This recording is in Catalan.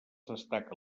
destaca